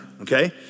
okay